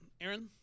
Aaron